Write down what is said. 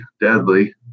deadly